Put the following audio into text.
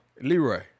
Leroy